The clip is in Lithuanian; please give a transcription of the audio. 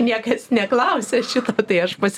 niekas neklausia šito tai aš pas